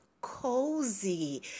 cozy